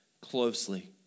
closely